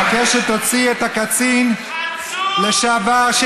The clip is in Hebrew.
אני מבקש שתוציא את הקצין לשעבר, חצוף.